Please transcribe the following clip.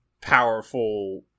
powerful